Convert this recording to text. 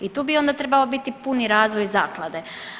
I tu bi onda trebao biti puni razvoj zaklade.